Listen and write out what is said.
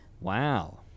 Wow